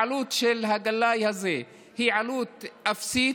העלות של הגלאי הזה היא עלות אפסית,